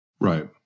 Right